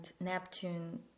Neptune